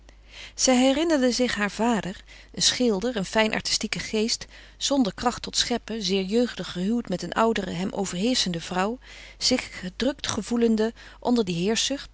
zij herinnerde zich haar vader een schilder een fijn artistieken geest zonder kracht tot scheppen zeer jeugdig gehuwd met een oudere hem overheerschende vrouw zich gedrukt gevoelende onder die